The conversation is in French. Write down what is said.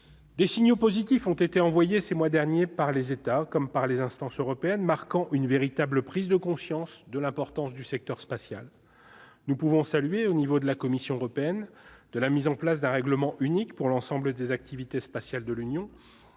Des signaux positifs ont été envoyés ces derniers mois par les États comme par les instances européennes, marquant une véritable prise de conscience de l'importance du secteur spatial. Nous pouvons saluer, au niveau de la Commission européenne, la mise en place d'un règlement unique pour l'ensemble des activités spatiales de l'Union